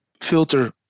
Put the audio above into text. filter